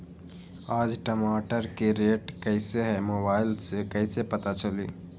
आज टमाटर के रेट कईसे हैं मोबाईल से कईसे पता चली?